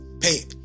Pay